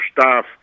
staff